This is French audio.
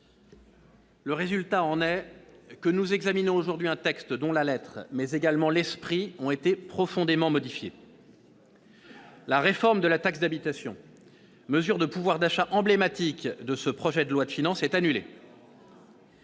Le résultat en est que nous examinons aujourd'hui un texte dont la lettre, mais également l'esprit ont été profondément modifiés. La réforme de la taxe d'habitation, mesure de pouvoir d'achat emblématique de ce projet de loi de finances, est annulée.